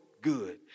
good